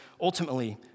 ultimately